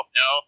no